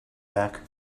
back